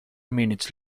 minutes